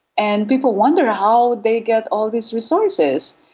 and people wonder how they get all these resources.